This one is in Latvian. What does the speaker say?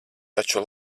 taču